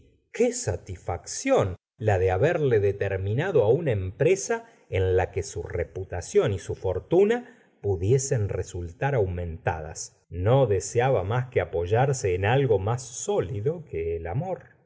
qué satisfacción la de haberle determinado á una empresa en la que su reputación y su fortuna pudiesen resultar aumentadas no deseaba más que apoyarse en algo más sólido que el amor